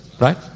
Right